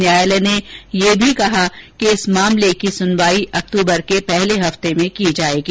न्यायालय ने यह भी कहा कि इस मामले की सुनवाई अक्टूबर के पहले हफ्ते में की जाएगी